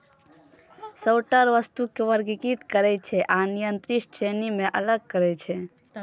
sorter वस्तु कें वर्गीकृत करै छै आ निर्दिष्ट श्रेणी मे अलग करै छै